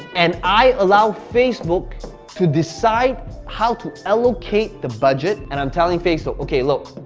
and i allow facebook to decide how to allocate the budget. and i'm telling facebook, okay, look,